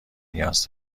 نیاز